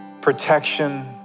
protection